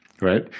right